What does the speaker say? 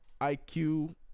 IQ